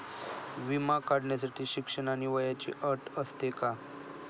विमा काढण्यासाठी शिक्षण आणि वयाची अट असते का?